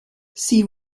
sie